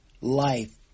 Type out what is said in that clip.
Life